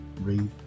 read